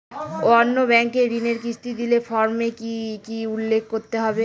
অন্য ব্যাঙ্কে ঋণের কিস্তি দিলে ফর্মে কি কী উল্লেখ করতে হবে?